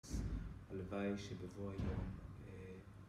הלוואי שבאותו יום